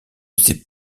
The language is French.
sais